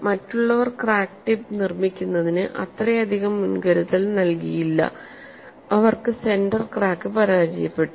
മറ്റുള്ളവർ crack tip നിർമ്മിക്കുന്നതിന് അത്രയധികം മുൻകരുതൽ നൽകിയില്ല അവർക്ക് സെന്റർ ക്രാക്ക് പരാജയപ്പെട്ടു